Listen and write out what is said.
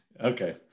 Okay